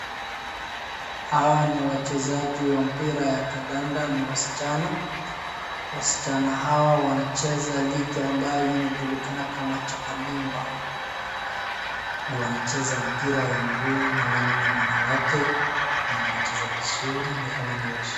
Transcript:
Hawa ni wachezaji wa mpira ya kandanda, ni wasichana, wasichana hawa wanacheza ligi ambayo inajulikana kama Chapa dimba. Wanacheza mpira ya mguu wao ni wanawake na wanacheza vizuri ni kama ni.